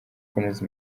kunoza